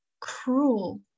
cruel